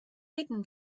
hidden